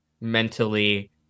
mentally